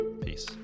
Peace